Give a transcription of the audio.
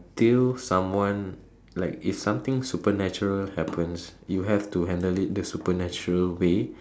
till someone like if something supernatural happens you have to handle it the supernatural way